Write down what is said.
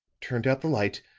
turned out the light,